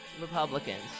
Republicans